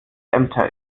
ämter